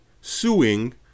suing